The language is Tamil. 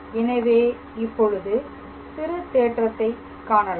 எனவே இப்பொழுது சிறு தேற்றத்தை காணலாம்